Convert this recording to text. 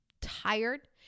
tired